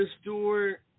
Stewart